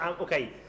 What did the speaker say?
okay